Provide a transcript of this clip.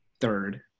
third